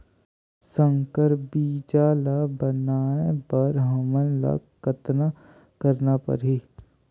संकर बीजा ल बनाय बर हमन ल कतना करना परही?